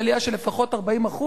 עלייה של לפחות 40%,